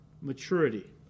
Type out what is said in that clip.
maturity